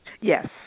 Yes